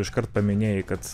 iškart paminėjai kad